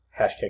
Hashtag